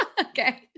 Okay